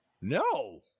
No